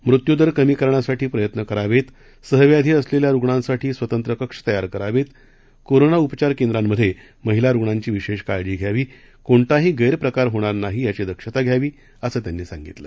मृत्यूदर कमी करण्यासाठी प्रयत्न करावेत सहव्याधी असलेल्या रुग्णांसाठी स्वतंत्र कक्ष तयार करावेत कोरोना उपचार केंद्रामधे महिला रुग्णांची विशेष काळजी घ्यावी कोणताही गैरप्रकार होणार नाही याची दक्षता घ्यावी असं त्यांनी सांगितलं